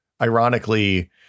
Ironically